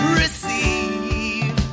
receive